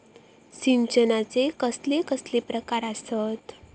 सिंचनाचे कसले कसले प्रकार आसत?